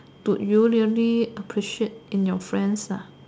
do you really appreciate in your friends lah